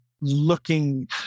looking